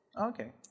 Okay